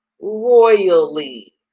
royally